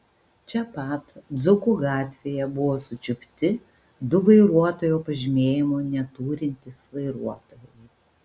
čia pat dzūkų gatvėje buvo sučiupti du vairuotojo pažymėjimo neturintys vairuotojai